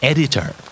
Editor